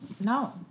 no